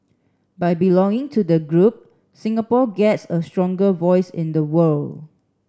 by belonging to the group Singapore gets a stronger voice in the world